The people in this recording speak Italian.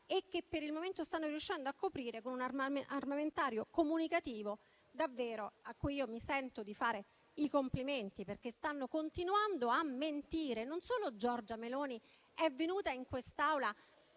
e che per il momento stanno riuscendo a coprire con un armamentario comunicativo a cui io mi sento di fare i complimenti perché stanno continuando a mentire. Non solo Giorgia Meloni è venuta in quest'Aula